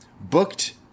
booked